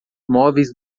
móveis